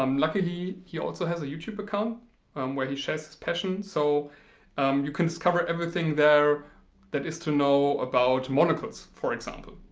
um luckily he also has a youtube account where he shares his passion so you can discover everything there that is to know about monocles for example.